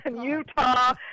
Utah